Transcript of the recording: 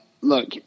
Look